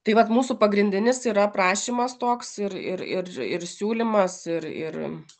tai vat mūsų pagrindinis yra prašymas toks ir ir ir ir siūlymas ir ir